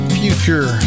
future